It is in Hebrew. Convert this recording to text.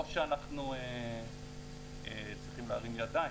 לא שאנחנו צריכים להרים ידיים,